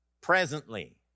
presently